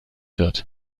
wird